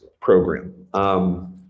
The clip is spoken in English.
program